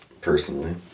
personally